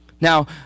Now